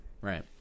Right